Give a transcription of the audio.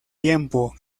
tiempo